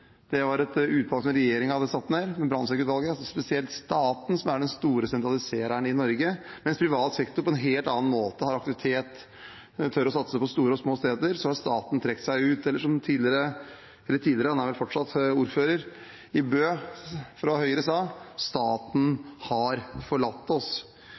Det var et utvalg som regjeringen hadde satt ned, Brandtzæg-utvalget, som sa at det er spesielt staten som er den store sentralisereren i Norge. Mens privat sektor på en helt annen måte har aktivitet og tør å satse på store og små steder, har staten trukket seg ut. Eller som ordføreren i Bø, fra Høyre, sa: Staten har forlatt oss.